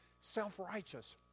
self-righteous